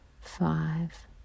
five